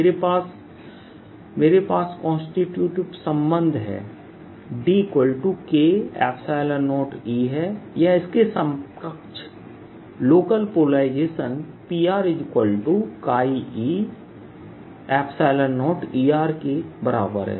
मेरे पास कान्स्टिटूटिव संबंध है DK0E है या इसके समकक्ष लोकल पोलराइजेशन Pre0Eके बराबर है